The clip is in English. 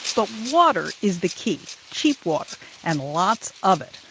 so water is the key cheap water and lots of it.